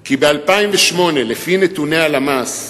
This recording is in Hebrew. כי ב-2008, לפי נתוני הלמ"ס,